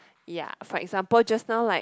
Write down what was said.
ya for example just now like